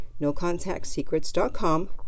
NoContactSecrets.com